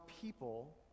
people